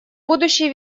будущий